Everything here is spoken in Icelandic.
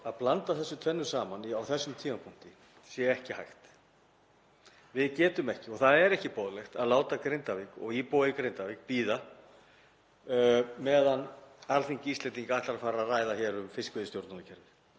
meðan Alþingi Íslendinga ætlar að fara að ræða hér um fiskveiðistjórnarkerfið og hvernig skattheimtan á að vera þar. Ég held því miður að sú umræða myndi taka langan tíma og við höfum þann tíma ekki,